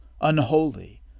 unholy